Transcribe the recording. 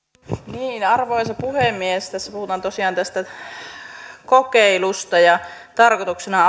arvoisa puhemies tässä puhutaan tosiaan tästä kokeilusta ja tarkoituksena